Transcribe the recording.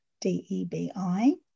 D-E-B-I